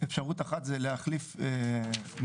אפשרות אחת זה להחליף מילה,